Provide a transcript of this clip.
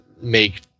make